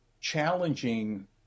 challenging